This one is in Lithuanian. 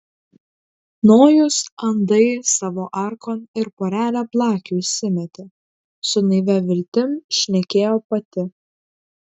nojus andai savo arkon ir porelę blakių įsimetė su naivia viltim šnekėjo pati